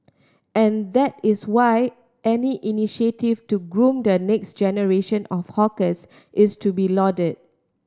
and that is why any initiative to groom the next generation of hawkers is to be lauded